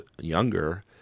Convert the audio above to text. younger